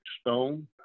Stone